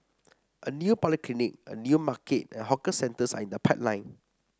a new polyclinic a new market and hawker centres are in the pipeline